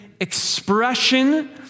expression